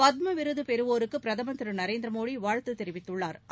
பத்ம விருது பெறுவோருக்கு பிரதமா் திரு நரேந்திர மோடி வாழ்த்து தெரிவித்துள்ளாா்